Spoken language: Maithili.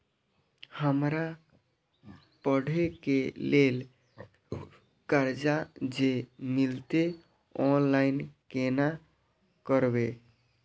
हमरा पढ़े के लेल कर्जा जे मिलते ऑनलाइन केना करबे?